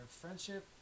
friendship